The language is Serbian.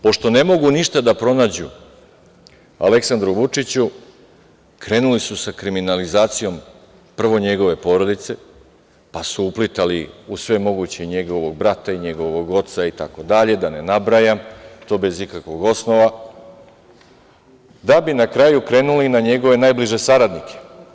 Pošto ne mogu ništa da pronađu Aleksandru Vučiću, krenuli su sa kriminalizacijom prvo njegove porodice, pa su uplitali u sve moguće njegovog brata i njegovog oca itd, da ne nabrajam, i to bez ikakvog osnova, da bi na kraju krenuli na njegove najbliže saradnike.